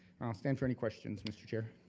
i'll stand for any question, mr. chair.